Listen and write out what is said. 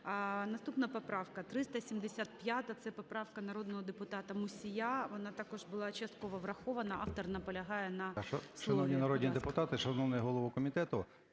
Наступна поправка - 375. Це поправка народного депутата Мусія, вона також була частково врахована. Автор наполягає на слові.